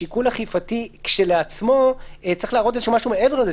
שיקול אכיפתי כשלעצמו צריך להראות משהו מעבר לזה.